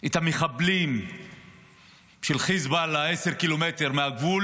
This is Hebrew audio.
את המחבלים של חיזבאללה עשרה קילומטר מהגבול